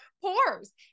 pores